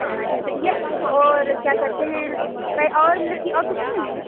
हाँ हाँ ठीक है ठीक है और क्या करते हैं और मतलब कि और कुछ नहीं लेंगी